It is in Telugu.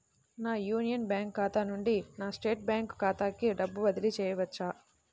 నా యూనియన్ బ్యాంక్ ఖాతా నుండి నా స్టేట్ బ్యాంకు ఖాతాకి డబ్బు బదిలి చేయవచ్చా?